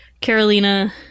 Carolina